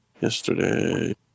Yesterday